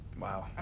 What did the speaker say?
Wow